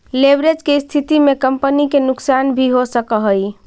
leverage के स्थिति में कंपनी के नुकसान भी हो सकऽ हई